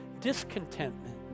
discontentment